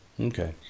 Okay